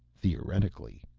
theoretically.